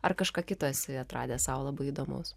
ar kažką kitą esi atradęs sau labai įdomaus